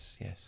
Yes